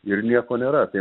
ir nieko nėra tai